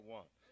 one